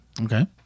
Okay